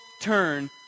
turn